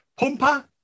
Pumper